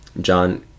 john